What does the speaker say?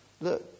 Look